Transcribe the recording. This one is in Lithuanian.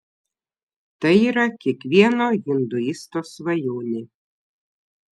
tai yra kiekvieno hinduisto svajonė